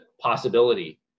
possibility